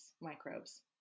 microbes